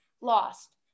lost